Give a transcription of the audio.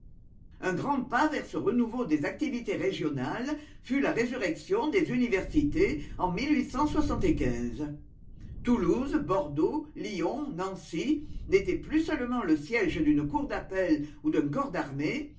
un grand pas vers ce renouveau des activités régionales fut la résurrection des universités en isy toulouse bordeaux lyon nancy n'étaient plus seulement le siège d'une cour d'appel ou d'un corps d'armée